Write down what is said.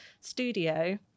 studio